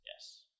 yes